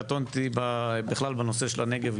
קטונתי בכלל בנושא של הנגב,